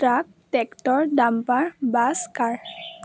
truck tractor dumper bus car